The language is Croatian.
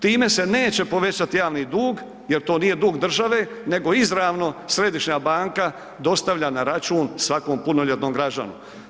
Time se neće povećati javni dug jel to nije dug države nego izravno središnja banka dostavlja na račun svakom punoljetnom građaninu.